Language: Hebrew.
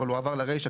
אבל הוא עבר לרישה,